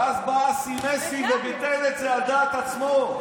ואז בא אסי מסינג וביטל את זה על דעת עצמו.